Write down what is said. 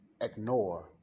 ignore